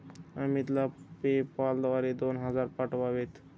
अमितला पेपाल द्वारे दोन हजार पाठवावेत